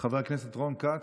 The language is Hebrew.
חבר הכנסת רון כץ,